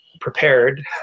prepared